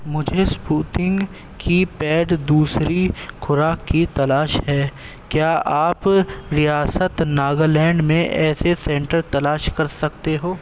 مجھے اسپوتنگ کی پیڈ دوسری خوراک کی تلاش ہے کیا آپ ریاست ناگالینڈ میں ایسے سینٹر تلاش کر سکتے ہو